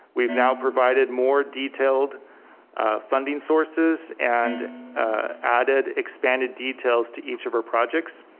we've now provided more detailed funding sources and added expanded details to each of our projects.